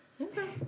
Okay